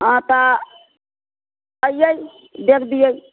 हँ तऽ आइयै देख दियै